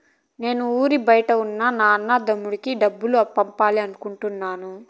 నేను ఊరి బయట ఉన్న నా అన్న, తమ్ముడికి డబ్బులు పంపాలి అనుకుంటున్నాను